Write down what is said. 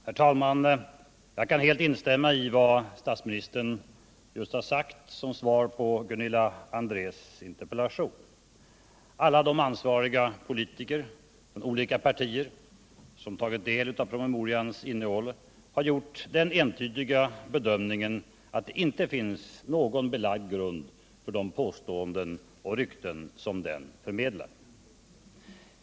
Herr talman! Jag kan helt instämma i vad statsministern just har sagt som svar på Gunilla Andrés interpellation. Alla de ansvariga politiker från olika partier som tagit del av promemorians innehåll har gjort den entydiga bedömningen att det inte finns någon belagd grund för de påståenden och rykten som den förmedlar.